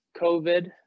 COVID